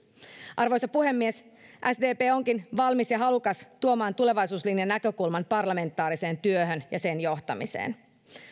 arvoisa puhemies sdp onkin valmis ja halukas tuomaan tulevaisuuslinjan näkökulman parlamentaariseen työhön ja sen johtamiseen